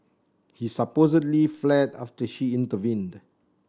he supposedly fled after she intervened